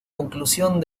conclusión